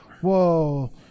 whoa